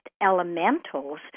elementals